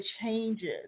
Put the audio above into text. changes